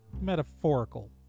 metaphorical